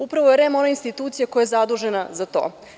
Upravo je REM ona institucija koja je zadužena za to.